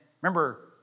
remember